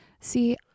See